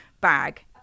bag